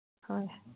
ꯍꯣꯏ